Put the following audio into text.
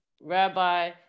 Rabbi